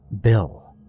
Bill